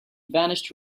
vanished